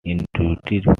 intuitive